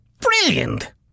Brilliant